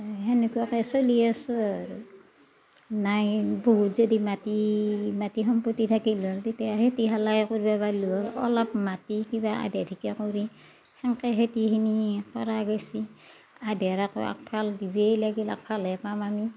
সেনেকুৱাকে চলি আছোঁ আৰু নাই বহুত যদি মাটি মাটি সম্পত্তি থাকিল হয় তেতিয়া খেতি খোলাই কৰিব পাৰিলোঁ হয় অলপ মাটি কিবা আধি ঠিকা কৰি সেনকে খেতিখিনি কৰা গৈছে আধিৰাকো একফাল দিবই লাগিল একফালহে পাম আমি